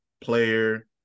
player